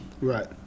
right